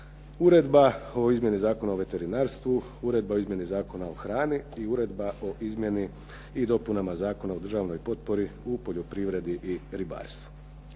Uredba o izmjeni Zakona o veterinarstvu, Uredba o izmjeni Zakona o hrani i Uredba o izmjeni i dopunama Zakona o državnoj potpori u poljoprivredi i ribarstvu.